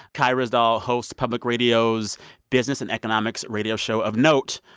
kai ryssdal host public radio's business and economics radio show of note,